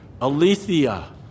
Aletheia